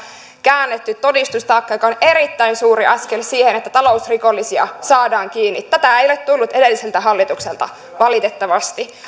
käännetty todistustaakka joka on erittäin suuri askel siihen että talousrikollisia saadaan kiinni tätä ei ole tullut edelliseltä hallitukselta valitettavasti